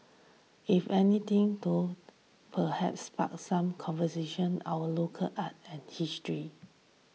if anything though perhaps spark some conversations our local art and history